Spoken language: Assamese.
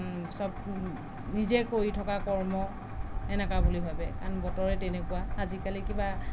চব নিজেই কৰি থকা কৰ্ম এনেকুৱা বুলি ভাবে কাৰণ বতৰে তেনেকুৱা আজিকালি কিবা